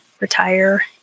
retire